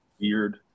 weird